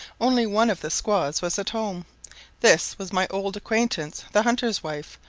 only one of the squaws was at home this was my old acquaintance the hunter's wife,